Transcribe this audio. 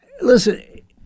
Listen